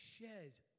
shares